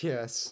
Yes